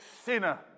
sinner